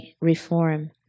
reform